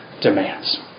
demands